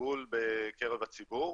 בלבול בקרב הציבור.